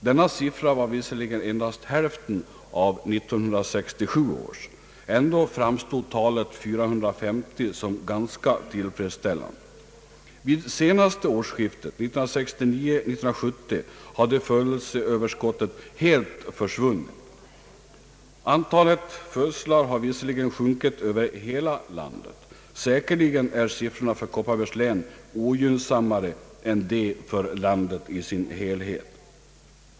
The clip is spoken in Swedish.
Denna siffra var visserligen endast hälften av 1967 års. ändock framstod talet 450 som ganska tillfredsställande. Vid senaste årsskiftet, 1969—1970, hade födelseöverskottet helt försvunnit. Antalet födslar har visserligen sjunkit över hela landet, men siffrorna för Kopparbergs län är säkerligen ogynnsammare än för landet i dess helhet.